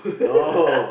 no